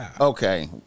Okay